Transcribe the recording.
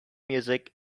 music